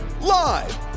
Live